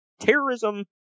Terrorism